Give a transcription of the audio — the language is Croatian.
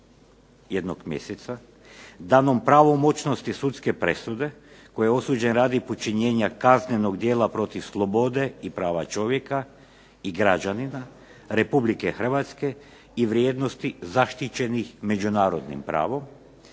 jednog mjeseca, danom pravomoćnosti sudske presude koji je osuđen radi počinjenja kaznenog djela protiv slobode i prava čovjeka i građanina Republike Hrvatske i vrijednosti zaštićenih međunarodnim pravom